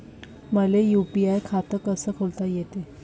मले यू.पी.आय खातं कस खोलता येते?